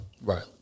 Right